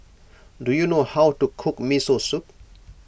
do you know how to cook Miso Soup